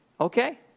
Okay